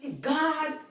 God